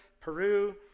Peru